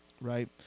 right